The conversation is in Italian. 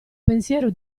pensiero